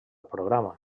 programa